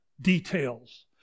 details